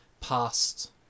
past